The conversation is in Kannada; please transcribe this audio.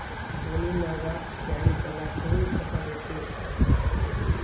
ಫೋನಿನಾಗ ಬ್ಯಾಂಕ್ ಸಾಲ ಹೆಂಗ ಕಟ್ಟಬೇಕು?